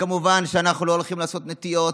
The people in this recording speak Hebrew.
וכמובן שאנחנו לא הולכים לעשות נטיעות,